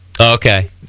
Okay